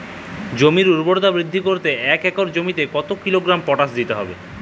জমির ঊর্বরতা বৃদ্ধি করতে এক একর জমিতে কত কিলোগ্রাম পটাশ দিতে হবে?